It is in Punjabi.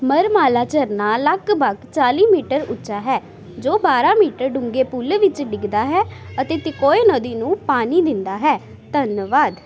ਮਰਮਾਲਾ ਝਰਨਾ ਲਗਭਗ ਚਾਲੀ ਮੀਟਰ ਉੱਚਾ ਹੈ ਜੋ ਬਾਰਾਂ ਮੀਟਰ ਡੂੰਘੇ ਪੁੱਲ ਵਿੱਚ ਡਿੱਗਦਾ ਹੈ ਅਤੇ ਤੀਕੋਏ ਨਦੀ ਨੂੰ ਪਾਣੀ ਦਿੰਦਾ ਹੈ ਧੰਨਵਾਦ